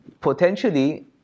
potentially